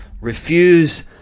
Refuse